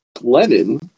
Lennon